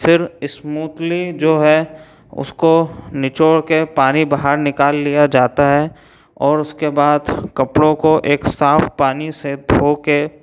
फिर स्मूथली जो है उसको निचोड़ कर पानी बाहर निकाल लिया जाता है और उसके बाद कपड़ों को एक साफ पानी से धो कर